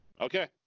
Okay